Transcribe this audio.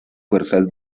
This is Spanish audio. fuerzas